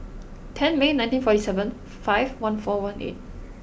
ten May nineteen forty seven five one four one eight